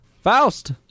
Faust